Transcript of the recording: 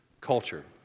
culture